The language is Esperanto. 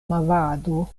movado